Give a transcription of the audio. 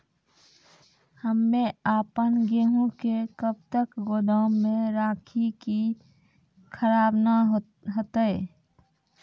हम्मे आपन गेहूँ के कब तक गोदाम मे राखी कि खराब न हते?